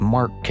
Mark